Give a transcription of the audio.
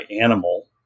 animal